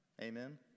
Amen